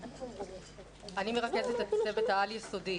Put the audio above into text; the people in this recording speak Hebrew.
אני מרכזת את הצוות העל-יסודי